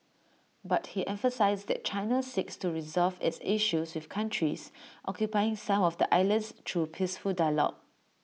but he emphasised that China seeks to resolve its issues with countries occupying some of the islands through peaceful dialogue